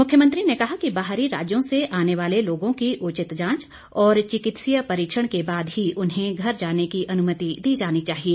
मुख्यमंत्री ने कहा कि बाहरी राज्यों से आने वाले लोगों की उचित जांच और चिकित्सीय परीक्षण के बाद ही उन्हें घर जाने की अनुमति दी जानी चाहिए